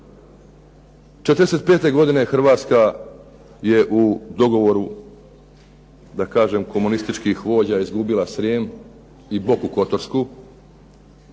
'45. godine je u dogovoru da kažem komunističkih vođa izgubila Srijem i Boku Kotorsku